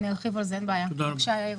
יאיר, בבקשה.